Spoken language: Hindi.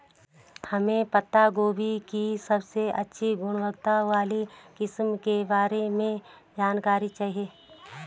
हमें पत्ता गोभी की सबसे अच्छी गुणवत्ता वाली किस्म के बारे में जानकारी चाहिए?